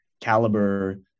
caliber